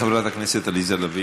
חברת הכנסת עליזה לביא.